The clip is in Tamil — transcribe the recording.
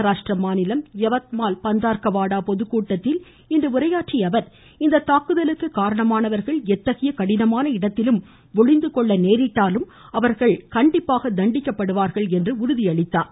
மஹாராஷ்டிர மாநிலம் யவத்மால் பந்தார்க்க வாடா பொதுக்கூட்டத்தில் உரையாற்றிய அவர் இந்த தாக்குதலுக்கு காரணமானவர்கள் எத்தகைய கடினமான இடத்திலும் ஒளிந்து கொள்ள முயன்றாலும் அவர்கள் கண்டிப்பாக தண்டிக்கப்படுவார்கள் என்றும் உறுதியளித்தார்